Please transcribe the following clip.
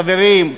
חברים,